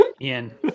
Ian